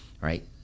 right